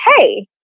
hey